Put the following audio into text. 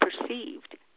perceived